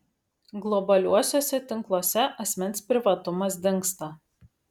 globaliuosiuose tinkluose asmens privatumas dingsta